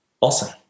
Awesome